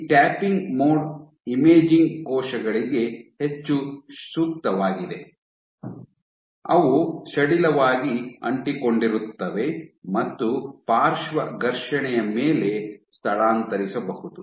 ಈ tapping mode imaging ಕೋಶಗಳಿಗೆ ಹೆಚ್ಚು ಸೂಕ್ತವಾಗಿದೆ ಅವು ಸಡಿಲವಾಗಿ ಅಂಟಿಕೊಂಡಿರುತ್ತವೆ ಮತ್ತು ಪಾರ್ಶ್ವ ಘರ್ಷಣೆಯ ಮೇಲೆ ಸ್ಥಳಾಂತರಿಸಬಹುದು